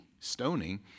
stoning